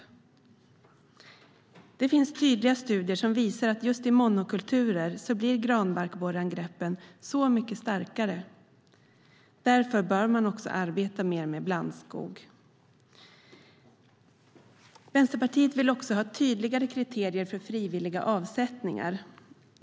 Det finns studier som tydligt visar att just i monokulturer blir granbarkborreangreppen mycket starkare. Därför bör man också arbeta mer med blandskog. Vänsterpartiet vill också ha tydligare kriterier för frivilliga avsättningar.